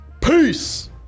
Peace